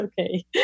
okay